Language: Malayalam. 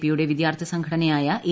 പി യുടെ വിദ്യാർത്ഥി സംഘടനയായ എ